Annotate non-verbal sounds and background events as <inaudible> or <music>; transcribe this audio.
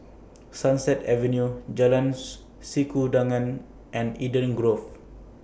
Sunset Avenue Jalan <unintelligible> Sikudangan and Eden Grove